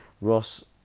Ross